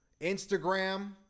Instagram